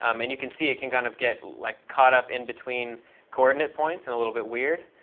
um and you can see it can kind of get like caught up in between coordinate points and a little bit weird.